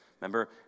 Remember